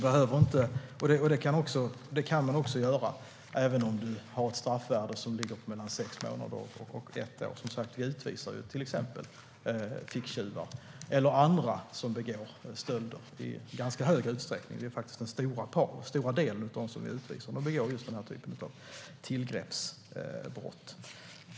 Det kan också ske även om straffvärdet ligger på mellan sex månader och ett år. Vi utvisar i hög utsträckning till exempel ficktjuvar och andra som begår stölder. Merparten av dem vi utvisar begår just denna typ av tillgreppsbrott.